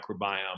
microbiome